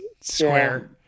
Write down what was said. square